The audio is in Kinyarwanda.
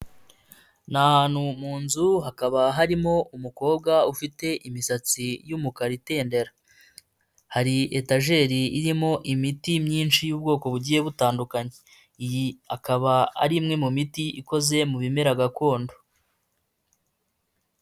Ni ahantutu mu nzu, hakaba harimo umukobwa ufite imisatsi y'umukara itendera. Hari etageri irimo imiti myinshi y'ubwoko bugiye butandukanye. Iyi akaba ari imwe mu miti ikoze mu bimera gakondo.